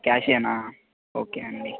క్యాషేనా okay అండి